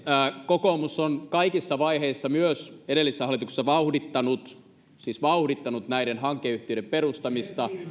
kokoomus on kaikissa vaiheissa myös edellisessä hallituksessa vauhdittanut siis vauhdittanut näiden hankeyhtiöiden perustamista